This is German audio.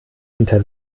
hinter